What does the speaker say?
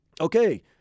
Okay